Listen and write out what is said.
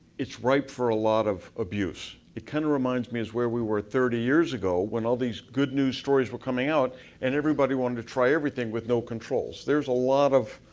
it's ripe for a lot of abuse. it kinda reminds me as where we were thirty years ago when all these good news stories were coming out and everybody wanted to try everything with no controls. there's a lot of